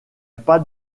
pas